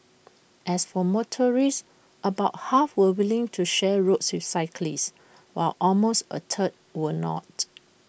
as for motorists about half were willing to share roads with cyclists while almost A third were not